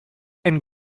and